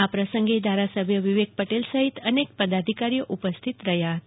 આ પ્રસંગે ધારાસભ્ય વિવિક પટેલ સહિત અનેક પદાધિકારીઓ ઉપસ્થિત રહ્યાં હતા